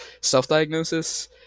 self-diagnosis